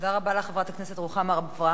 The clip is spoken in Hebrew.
תודה רבה לך, חברת הכנסת רוחמה אברהם-בלילא.